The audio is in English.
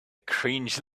cringe